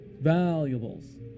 Valuables